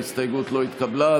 ההסתייגות לא התקבלה.